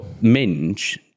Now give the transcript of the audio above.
minge